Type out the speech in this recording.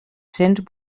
cents